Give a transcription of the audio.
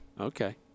Okay